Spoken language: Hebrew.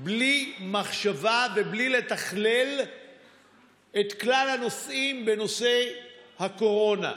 בלי מחשבה ובלי לתכלל את כלל הנושאים בנושא הקורונה: